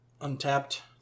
Untapped